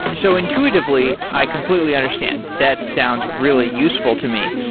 so intuitively, i completely understand. that sounds really useful to me.